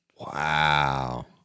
Wow